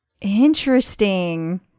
Interesting